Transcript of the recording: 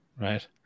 right